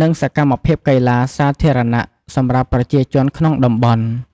និងសកម្មភាពកីឡាសាធារណៈសម្រាប់ប្រជាជនក្នុងតំបន់។